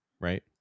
right